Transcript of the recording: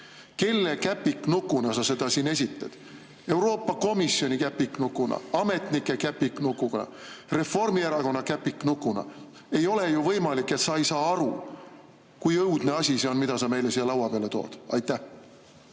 Kelle käpiknukuna sa seda siin esitad? Euroopa Komisjoni käpiknukuna, ametnike käpiknukuna, Reformierakonna käpiknukuna? Ei ole ju võimalik, et sa ei saa aru, kui õudne asi see on, mille sa meile siia laua peale oled toonud. Aitäh,